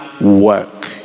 work